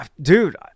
dude